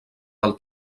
del